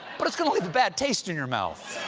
but it's going to leave a bad taste in your mouth.